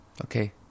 Okay